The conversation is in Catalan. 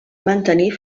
mantenir